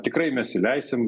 tikrai mes įleisim